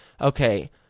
okay